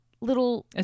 little